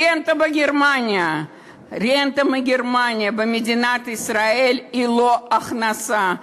רנטה מגרמניה במדינת ישראל היא לא הכנסה.